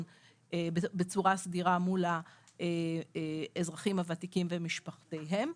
בצורה סדירה מול האזרחים הוותיקים ומשפחותיהם,